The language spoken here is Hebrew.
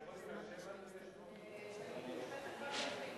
אני מתייחסת רק להסתייגות הזאת.